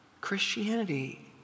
Christianity